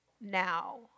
now